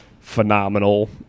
phenomenal